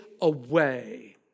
away